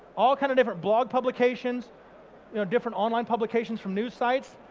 all kind of different blog publications, you know different online publications from news sites,